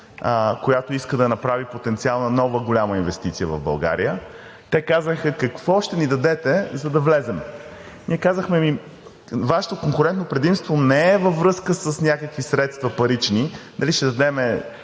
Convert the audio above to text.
която иска да направи потенциална нова голяма инвестиция в България, те казаха: какво ще ни дадете, за да влезем? Ние казахме: Вашето конкурентно предимство не е във връзка с някакви парични средства – дали ще дадем